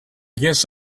guess